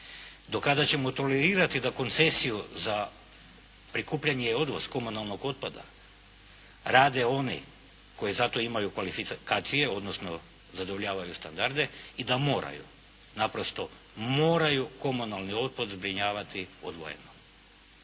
do kada ćemo tolerirati da koncesiju za prikupljanje i odvoz komunalnog otpada rade oni koji za to imaju kvalifikacije odnosno zadovoljavaju standarde i da moraju, naprosto moraju komunalni otpad zbrinjavati odvojeno.